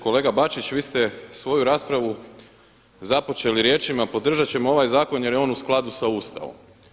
Kolega Bačić, vi ste svoju raspravu započeli riječima podržat ćemo ovaj zakon jer je on u skladu sa Ustavom.